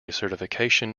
certification